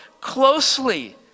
closely